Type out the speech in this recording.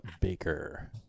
Baker